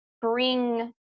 bring